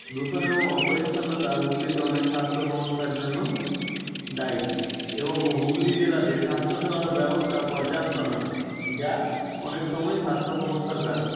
দূষণ এবং অপরিচ্ছন্নতা হুগলিতে অনেক স্বাস্থ্য সমস্যার জন্য দায়ী এবং হুগলি জেলাতে স্বাস্থ্যসেবার ব্যবস্থা পর্যাপ্ত নয় যা অনেক সময় স্বাস্থ্য সমস্যার কারণ